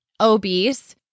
obese